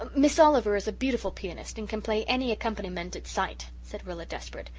ah miss oliver is a beautiful pianist and can play any accompaniment at sight, said rilla desperately.